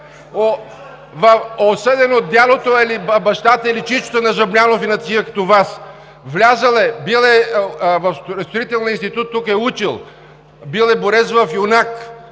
осъден от дядото или бащата, или чичото на Жаблянов и на тези като Вас. Влязъл е, бил в Строителния институт, тук е учил, бил е борец в „Юнак“.